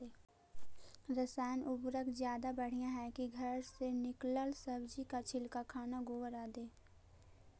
रासायन उर्वरक ज्यादा बढ़िया हैं कि घर से निकलल सब्जी के छिलका, खाना, गोबर, आदि?